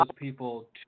people